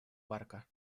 парка